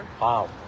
Wow